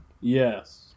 Yes